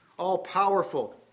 all-powerful